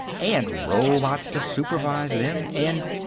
and robots to supervise them, and.